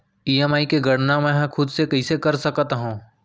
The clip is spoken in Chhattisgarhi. ई.एम.आई के गड़ना मैं हा खुद से कइसे कर सकत हव?